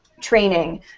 training